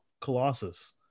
Colossus